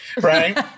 Right